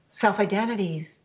self-identities